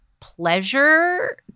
pleasure